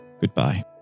goodbye